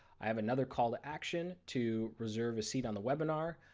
i have another call to action to reserve a seat on the webinar.